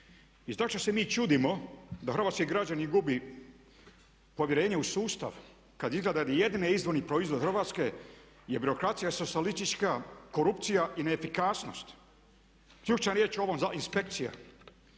I to što se mi čudimo da hrvatski građani gubi povjerenje u sustav kad izgleda da jedini izvorni proizvod Hrvatske je birokracija, socijalistička, korupcija i ne efikasnost. Ključna riječ u ovom inspekcija.